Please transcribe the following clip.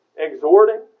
exhorting